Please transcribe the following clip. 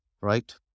right